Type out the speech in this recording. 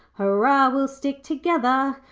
hurrah, we'll stick together,